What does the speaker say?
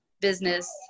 business